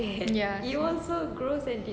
ya